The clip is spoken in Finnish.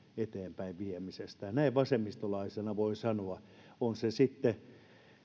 eteenpäin viemisestä ja näin vasemmistolaisena voin sanoa että on se sitten